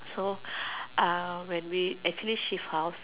so uh when we actually shift house